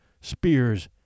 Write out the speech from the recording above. spears